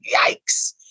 yikes